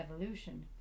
evolution